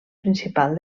principal